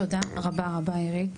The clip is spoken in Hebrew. תודה רבה רבה אירית,